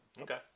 Okay